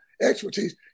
expertise